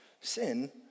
sin